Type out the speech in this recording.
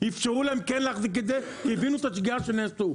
אפשרו להם כן להחזיק את זה כי הבינו את השגיאה שנעשו.